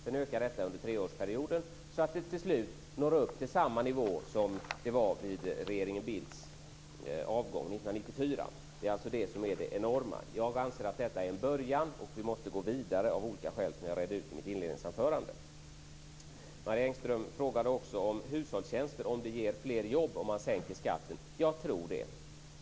Sedan ökar de under treårsperioden så att de till slut når samma nivå som gällde vid regeringen Bildts avgång 1994. Det är alltså det som är det enorma. Jag anser att detta är en början. Vi måste gå vidare av olika skäl som jag redde ut i mitt inledningsanförande. Marie Engström frågade också om hushållstjänster och om det ger fler jobb om man sänker skatten. Jag tror det.